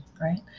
right